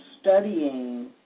studying